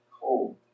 cold